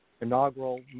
inaugural